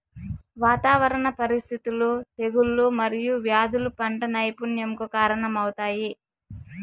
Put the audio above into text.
వాతావరణ పరిస్థితులు, తెగుళ్ళు మరియు వ్యాధులు పంట వైపల్యంకు కారణాలవుతాయి